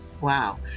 Wow